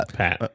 pat